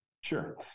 Sure